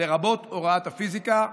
לרבות הוראת הפיזיקה.